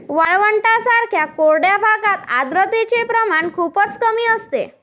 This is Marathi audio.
वाळवंटांसारख्या कोरड्या भागात आर्द्रतेचे प्रमाण खूपच कमी असते